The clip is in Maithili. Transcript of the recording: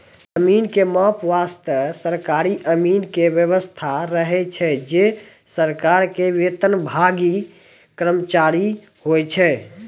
जमीन के माप वास्तॅ सरकारी अमीन के व्यवस्था रहै छै जे सरकार के वेतनभागी कर्मचारी होय छै